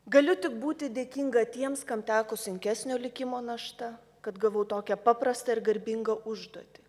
galiu tik būti dėkinga tiems kam teko sunkesnio likimo našta kad gavau tokią paprastą ir garbingą užduotį